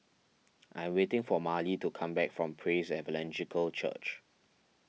I'm waiting for Marely to come back from Praise Evangelical Church